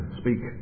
speak